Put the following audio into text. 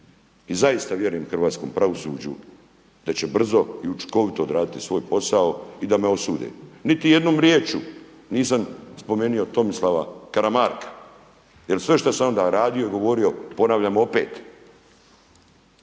i zaista vjerujem hrvatskom pravosuđu da će brzo i učinkovito odraditi svoj posao i da me osude. Niti jednom riječju nisam spomenuo Tomislava Karamarka jer sve što sam onda radio i govorio ponavljam opet